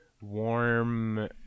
warm